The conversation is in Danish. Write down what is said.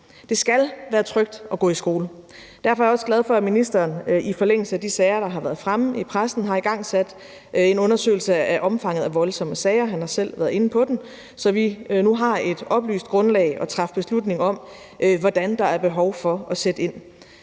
Det skal være trygt at gå i skole. Derfor er jeg også glad for, at ministeren i forlængelse af de sager, der været fremme i pressen, har igangsat en undersøgelse af omfanget af voldsomme sager – han har selv været inde på den – så vi nu har et oplyst grundlag at træffe beslutning om, hvordan der er behov for at sætte ind.